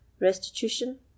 restitution